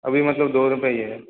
अभी मतलब दो रुपए ही है